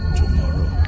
tomorrow